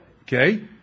Okay